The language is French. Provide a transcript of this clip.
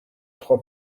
trois